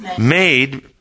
made